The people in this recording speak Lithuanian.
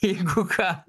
jeigu ką